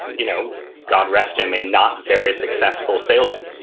you know god rest him, a not very successful salesman.